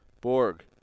Borg